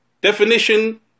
definition